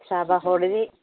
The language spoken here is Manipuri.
ꯁꯥꯕ ꯍꯧꯔꯗꯤ